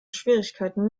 schwierigkeiten